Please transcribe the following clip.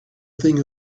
thing